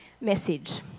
message